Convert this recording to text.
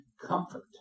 Comfort